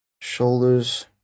shoulders